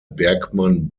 bergmann